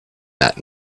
that